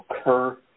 occur